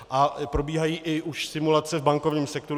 A probíhají i už simulace v bankovním sektoru.